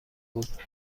بود